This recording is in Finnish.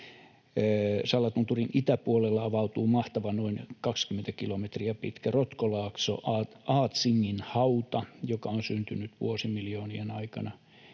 Sallatunturin itäpuolella avautuu mahtava, noin 20 kilometriä pitkä rotkolaakso Aatsinginhauta, joka on syntynyt vuosimiljoonien aikana